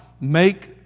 make